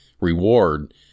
reward